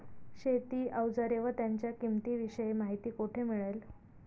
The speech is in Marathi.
शेती औजारे व त्यांच्या किंमतीविषयी माहिती कोठे मिळेल?